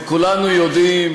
וכולנו יודעים